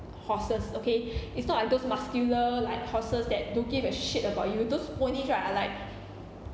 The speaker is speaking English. horses okay it's not like those muscular like horses that don't give a shit about you those ponies are like